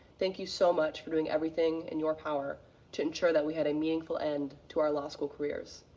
thank you so much for doing everything in your power to make and sure that we had a meaningful end to our law school careers.